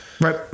Right